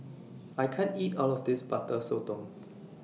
I can't eat All of This Butter Sotong